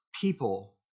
people